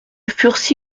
fursy